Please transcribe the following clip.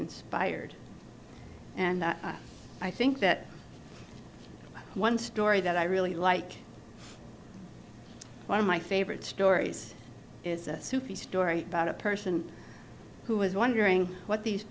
inspired and i think that one story that i really like one of my favorite stories is a story about a person who was wondering what these